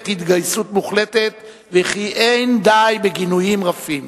התגייסות מוחלטת וכי אין די בגינויים רפים.